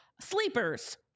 sleepers